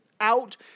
out